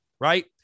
right